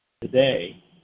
today